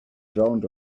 ground